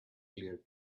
clear